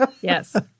Yes